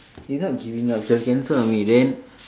it's not giving up she will cancel on me then